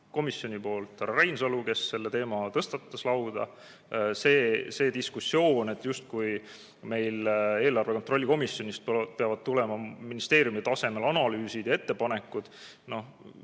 komisjoni poolt härra Reinsalu, kes selle teema tõstatas. See diskussioon, justkui meil eelarve kontrolli erikomisjonist peavad tulema ministeeriumi tasemel analüüsid ja ettepanekud